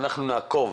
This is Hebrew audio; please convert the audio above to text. אנחנו נעקוב